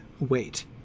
wait